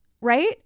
right